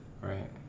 Right